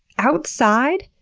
outside!